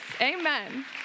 amen